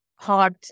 Heart